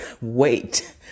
wait